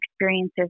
experiences